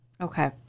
Okay